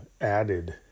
added